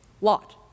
Lot